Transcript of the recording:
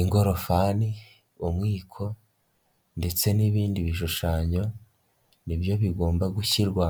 Ingorofani, umwiko ndetse n'ibindi bishushanyo, ni byo bigomba gushyirwa